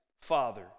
father